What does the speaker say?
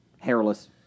Hairless